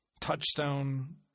Touchstone